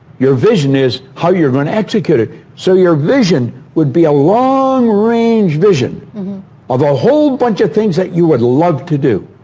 your vision is how you're going to execute it. so your vision would be a long-range vision of a whole bunch of things that you would love to do.